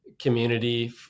community